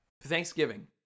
thanksgiving